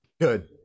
Good